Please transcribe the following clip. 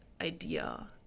idea